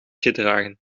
gedragen